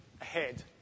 ahead